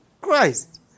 Christ